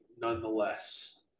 nonetheless